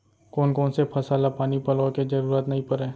कोन कोन से फसल ला पानी पलोय के जरूरत नई परय?